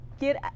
get